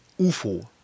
UFO